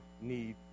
need